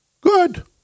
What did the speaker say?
Good